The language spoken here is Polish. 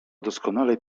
doskonale